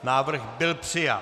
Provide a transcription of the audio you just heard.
Návrh byl přijat.